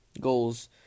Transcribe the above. goals